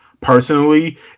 Personally